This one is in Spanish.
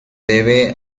debe